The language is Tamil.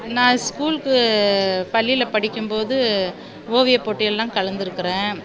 நான் ஸ்கூலுக்கு பள்ளியில் படிக்கும் போது ஓவியப் போட்டிலெலாம் கலந்துருக்கிறேன்